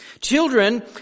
Children